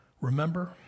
remember